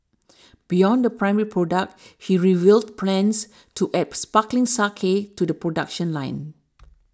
beyond the primary product he revealed plans to add sparkling sake to the production line